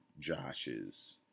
josh's